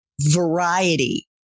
variety